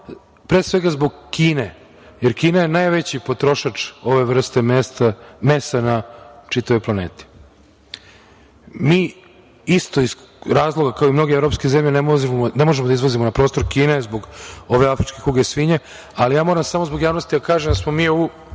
Pre svega zbog Kine, jer Kina je najveći potrošač ove vrste mesa na čitavoj planeti. Mi isto iz razloga kao i mnoge evropske zemlje ne može da izvozimo na prostor Kine zbog ove afričke kuge svinja, ali moram samo zbog javnosti da kažem da smo mi